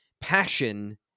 passion